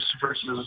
versus